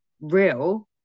real